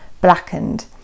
blackened